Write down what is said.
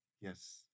Yes